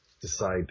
decide